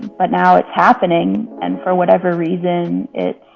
but now it's happening. and for whatever reason, it's